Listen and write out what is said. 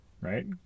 right